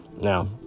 Now